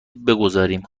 بگذاریم